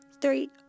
three